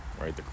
right